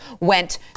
went